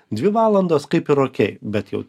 dvi valandos kaip ir okei bet jau